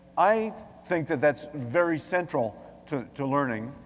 i think that that's very central to to learning.